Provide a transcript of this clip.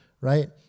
Right